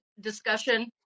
discussion